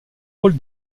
rôle